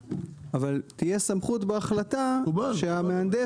אבל תהיה סמכות בהחלטה שהמהנדס,